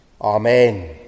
Amen